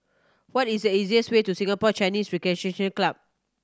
what is the easiest way to Singapore Chinese Recreation Club